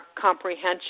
comprehension